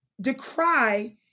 decry